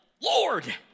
Lord